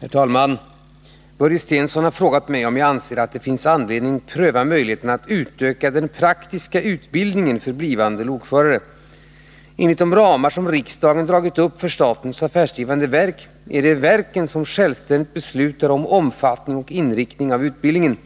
Herr talman! Börje Stensson har frågat mig om jag anser att det finns anledning pröva möjligheterna att utöka den praktiska utbildningen för blivande lokförare. Enligt de ramar som riksdagen dragit upp för statens affärsdrivande verk är det verken som självständigt beslutar om omfattning och inriktning av utbildningen.